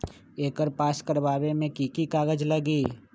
एकर पास करवावे मे की की कागज लगी?